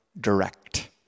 direct